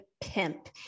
pimp